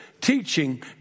teaching